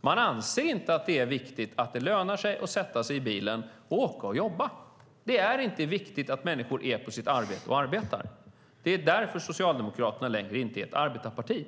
De anser inte att det är viktigt att det lönar sig att sätta sig i bilen och åka och jobba. Det är inte viktigt att människor är på sitt arbete och arbetar. Det är därför Socialdemokraterna inte längre är ett arbetarparti.